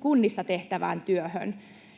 kunnissa tehtävään työhön.